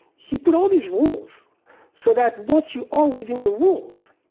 he put all these rules so that once you are within the rules,